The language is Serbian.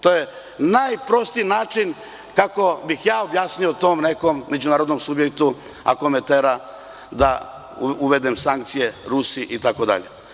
To je najprostiji način kako bih objasnio tom nekom međunarodnom subjektu ako me tera da uvedem sankcije Rusiji itd.